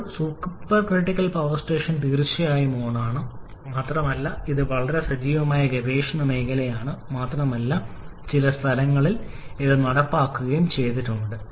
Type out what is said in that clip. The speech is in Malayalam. ഇപ്പോഴും സൂപ്പർക്രിട്ടിക്കൽ പവർ സ്റ്റേഷൻ തീർച്ചയായും ഓണാണ് മാത്രമല്ല ഇത് വളരെ സജീവമായ ഗവേഷണ മേഖലയാണ് മാത്രമല്ല ചില സ്ഥലങ്ങളിൽ ഇത് നടപ്പാക്കുകയും ചെയ്തിട്ടുണ്ട്